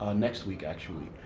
ah next week actually,